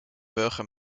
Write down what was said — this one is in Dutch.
burger